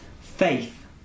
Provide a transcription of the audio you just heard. Faith